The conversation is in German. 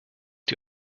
die